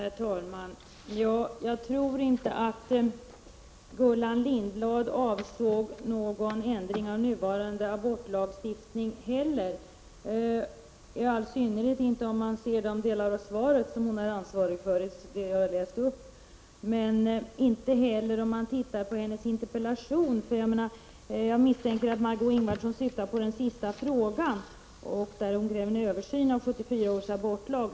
Herr talman! Jag tror inte att Gullan Lindblad avsåg någon ändring av nuvarande abortlagstiftning. Det framgår i all synnerhet om man ser på den del av det tidigare anförandet som hon är ansvarig för och som jag läste upp. Det framstår inte heller så om man tittar på hennes interpellation. Jag misstänker att Margö Ingvardsson syftar på den sista frågan, i vilken interpellan ten kräver en översyn av 1974 års abortlag.